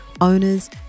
owners